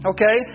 Okay